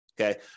okay